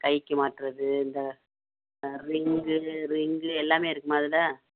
கைக்கு மாட்டுறது இந்த ரிங்கு ரிங்கு எல்லாமே இருக்குமா அதில்